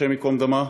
השם ייקום דמה,